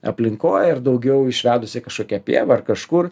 aplinkoj ir daugiau išvedus į kažkokią pievą kažkur